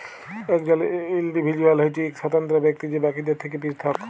একজল ইল্ডিভিজুয়াল হছে ইক স্বতন্ত্র ব্যক্তি যে বাকিদের থ্যাকে পিরথক